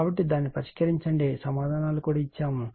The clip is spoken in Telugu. కాబట్టి దాన్ని పరిష్కరించండి సమాధానాలు కూడా ఇవ్వబడతాయి